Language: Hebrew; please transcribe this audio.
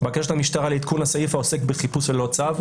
בקשת המשטרה לעדכון הסעיף העוסק בחיפוש ללא צו,